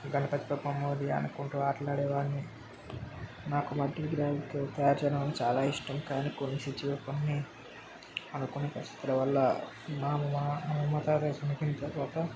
గణపతి బప్పా మోరియా అనుకుంటూ ఆటలాడేవాడిని నాకు మట్టి విగ్రహాలు తయారు చేయడం చాలా ఇష్టం కానీ కొన్ని కొన్ని అనుకోని పరిస్థితుల వల్ల మా అమ్మ అమ్మమ్మ గారు తాను చనిపోయిన తరువాత